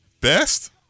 best